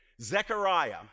Zechariah